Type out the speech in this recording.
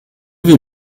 vais